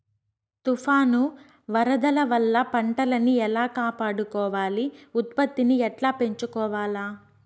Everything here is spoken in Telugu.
తుఫాను, వరదల వల్ల పంటలని ఎలా కాపాడుకోవాలి, ఉత్పత్తిని ఎట్లా పెంచుకోవాల?